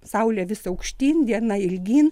saulė vis aukštyn diena ilgyn